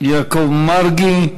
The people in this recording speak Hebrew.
יעקב מרגי.